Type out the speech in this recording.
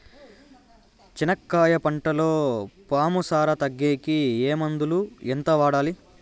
చెనక్కాయ పంటలో పాము సార తగ్గేకి ఏ మందులు? ఎంత వాడాలి?